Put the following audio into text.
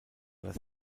das